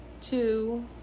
two